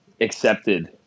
accepted